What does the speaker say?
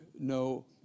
no